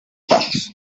bajos